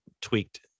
tweaked